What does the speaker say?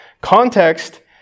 Context